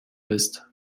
bist